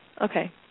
Okay